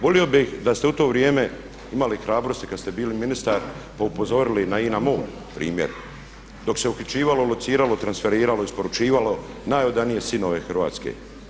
Volio bih da ste u to vrijeme imali hrabrosti kad ste bili ministar pa upozorili na INA, MOL primjer, dok se uhićivalo, lociralo, transferiralo, isporučivalo, najodanije sinove Hrvatske.